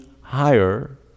higher